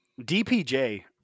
DPJ